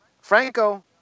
Franco